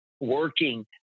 working